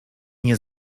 nie